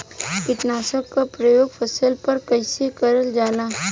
कीटनाशक क प्रयोग फसल पर कइसे करल जाला?